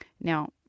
Now